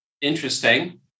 Interesting